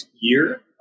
year